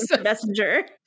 messenger